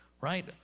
right